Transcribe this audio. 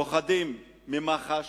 פוחדים ממח"ש,